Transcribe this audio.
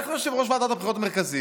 לך ליושב-ראש ועדת הבחירות המרכזית,